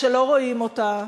שלא רואים אותה,